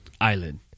island